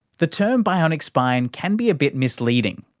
the term bionic spine can be a bit misleading,